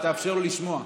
אז תאפשר לו לשמוע.